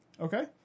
Okay